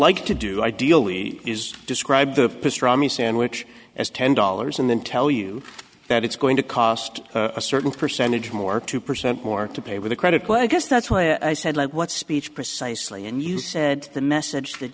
like to do ideally is described the pastrami sandwich as ten dollars and then tell you that it's going to cost a certain percentage more two percent more to pay with a credit but i guess that's why i said like what speech precisely and you said the message that